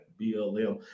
BLM